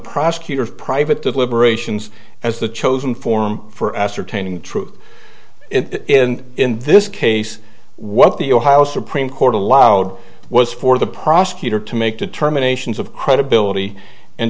prosecutor's private deliberations as the chosen form for ascertaining truth it in this case what the ohio supreme court allowed was for the prosecutor to make determinations of credibility and